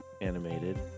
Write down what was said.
Animated